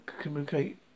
communicate